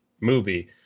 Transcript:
movie